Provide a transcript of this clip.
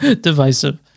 Divisive